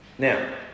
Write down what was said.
Now